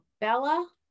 Bella